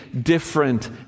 different